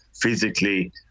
physically